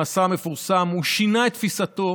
המסע המפורסם, הוא שינה את תפיסתו